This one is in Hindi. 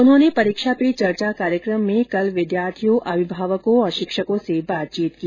उन्होंने परीक्षा पे चर्चा कार्यक्रम में कल विद्यार्थियों अभिभावकों और शिक्षकों से बातचीत की